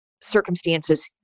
circumstances